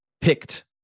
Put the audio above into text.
picked